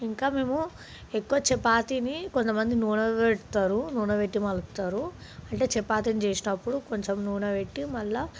ఇంకా మేము ఎక్కువ చపాతీని కొంత మంది నూనె పెడతారు నూనె పెట్టి మలుపుతారు అంటే చపాతీని చేసేటప్పుడు కొంచెం నూనె పెట్టి మళ్ళీ